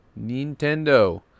nintendo